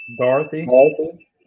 Dorothy